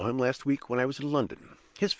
i saw him last week when i was in london.